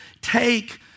take